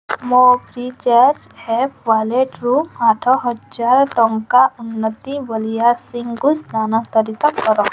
ମୋ Freecharge ହେପ ୱାଲେଟରୁ ଆଠ ହଜାର ଟଙ୍କା ଉନ୍ନତି ବଲିଆରସିଂହଙ୍କୁ ସ୍ଥାନାନ୍ତରିତ କର